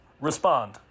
Respond